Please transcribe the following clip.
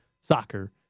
soccer